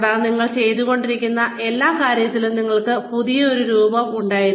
കൂടാതെ നിങ്ങൾ ചെയ്തുകൊണ്ടിരുന്ന എല്ലാ കാര്യങ്ങളിലും നിങ്ങൾക്ക് ഒരു പുതിയ രൂപം ഉണ്ടായിരുന്നു